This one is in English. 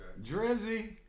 Drizzy